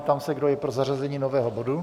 Ptám se, kdo je pro zařazení nového bodu.